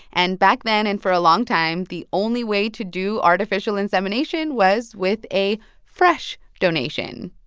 and back then and for a long time, the only way to do artificial insemination was with a fresh donation,